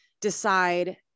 decide